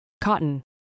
cotton